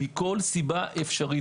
מכל סיבה אפשרית,